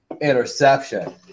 interception